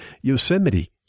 Yosemite